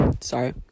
sorry